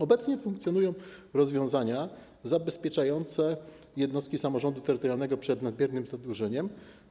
Obecnie funkcjonują rozwiązania zabezpieczające jednostki samorządu terytorialnego przed nadmiernym zadłużeniem.